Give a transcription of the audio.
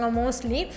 mostly